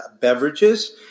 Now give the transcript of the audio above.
beverages